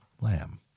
lamb